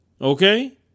Okay